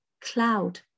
cloud